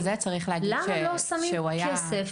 למה לא שמים כסף,